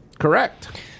Correct